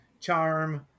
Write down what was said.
charm